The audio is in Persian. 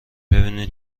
ببینین